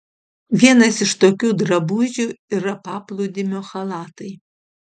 vienas iš tokių drabužių yra paplūdimio chalatai